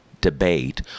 debate